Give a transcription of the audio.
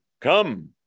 come